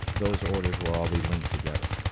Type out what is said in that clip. those orders will all be linked together.